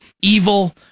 evil